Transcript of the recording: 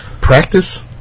practice